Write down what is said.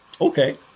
Okay